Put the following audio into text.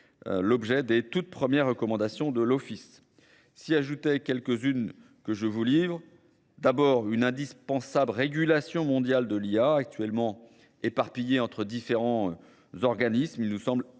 l'objet des toutes premières recommandations de l'Office. S'y ajoutez quelques-unes que je vous livre. D'abord une indispensable régulation mondiale de l'IA actuellement éparpillée entre différents organismes. Il nous semble essentiel